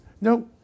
No